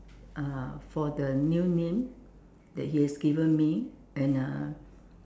uh for the new name that he has given me and uh